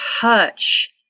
touch